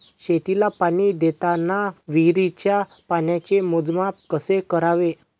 शेतीला पाणी देताना विहिरीच्या पाण्याचे मोजमाप कसे करावे?